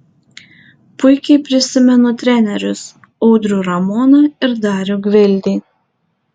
puikiai prisimenu trenerius audrių ramoną ir darių gvildį